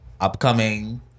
upcoming